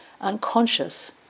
unconscious